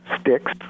sticks